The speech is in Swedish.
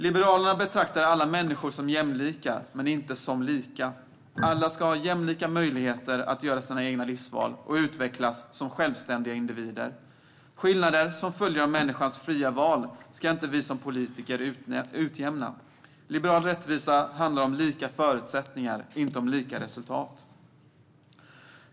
Liberalerna betraktar alla människor som jämlikar, men inte som lika. Alla ska ha jämlika möjligheter att göra sina egna livsval och utvecklas som självständiga individer. Skillnader som följer av människors fria val ska inte utjämnas av politiker. Liberal rättvisa handlar om lika förutsättningar, inte om lika resultat.